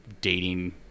dating